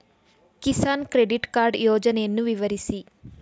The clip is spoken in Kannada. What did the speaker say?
ಕಿಸಾನ್ ಕ್ರೆಡಿಟ್ ಕಾರ್ಡ್ ಯೋಜನೆಯನ್ನು ವಿವರಿಸಿ?